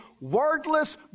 wordless